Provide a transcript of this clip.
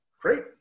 great